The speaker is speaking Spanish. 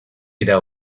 era